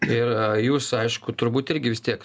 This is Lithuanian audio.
ir jūs aišku turbūt irgi vis tiek